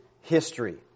history